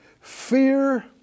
fear